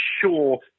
sure